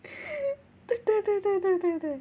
对对对对对对